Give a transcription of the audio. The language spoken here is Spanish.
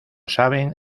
saben